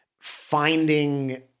finding